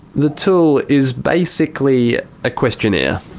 the tool is basically a questionnaire.